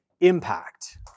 impact